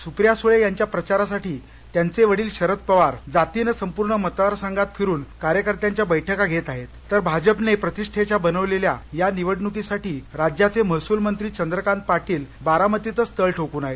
सुप्रिया सुळे यांच्या प्रचारासाठी त्यांचे वडील शरद पवार जातीन संपूर्ण मतदार संघात फिरुन कार्यकर्त्यांच्या बर्क्का घेत आहेत तर भाजपानं प्रतिष्ठेच्या बनवलेल्या या निवडणुकीसाठी राज्याचे महसुलमंत्री चंद्रकांत पाटील बारामतीतच तळ ठोकून आहेत